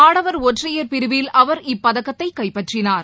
ஆடவர் ஒற்றையர் பிரிவில் அவர் இப்பதக்கத்தைகைப்பற்றினார்